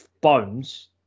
bones